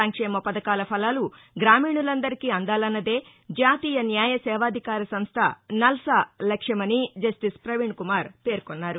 సంక్షేమ పధకాల ఫలాలు గ్రామీణులందరికీ అందాలన్నదే జాతీయ న్యారు సేవాధికార సంస్ట సల్సా లక్ష్యమని జస్టిస్ పవీణ్ కుమార్ పేర్కొన్నారు